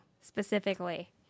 specifically